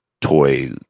toy